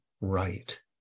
right